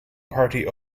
party